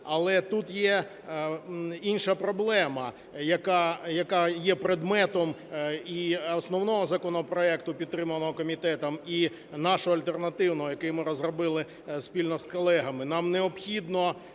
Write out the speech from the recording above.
Але тут є інша проблема, яка є предметом і основного законопроекту, підтриманого комітетом, і нашого альтернативного, який ми розробили спільно з колегами.